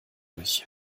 durch